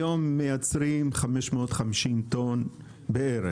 היום מייצרים 550 טון בערך.